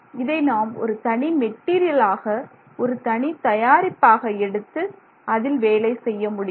இதை நாம் ஒரு தனி மெட்டீரியல் ஆக ஒரு தனி தயாரிப்பாக எடுத்து அதில் வேலை செய்ய முடியும்